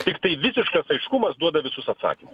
tiktai visiškas aiškumas duoda visus atsakymus